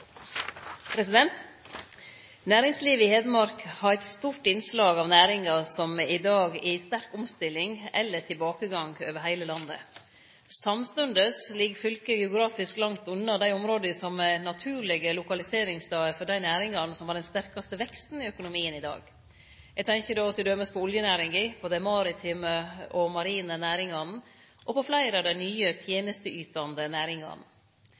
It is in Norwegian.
Næringslivet i Hedmark har eit stort innslag av næringar som i dag er i sterk omstilling eller tilbakegang over heile landet. Samstundes ligg fylket geografisk langt unna dei områda som er naturlege lokaliseringsstader for dei næringane som har den sterkaste veksten i økonomien i dag. Eg tenkjer då t.d. på oljenæringa, på dei maritime og marine næringane og på fleire av dei nye tenesteytande næringane.